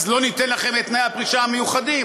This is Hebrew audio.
אז לא ניתן לכם את תנאי הפרישה המיוחדים.